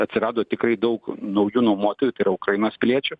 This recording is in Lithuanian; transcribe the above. atsirado tikrai daug naujų nuomotojų tai yra ukrainos piliečių